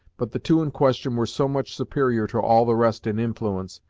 but the two in question were so much superior to all the rest in influence,